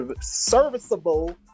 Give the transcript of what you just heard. serviceable